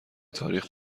تاریخ